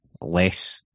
less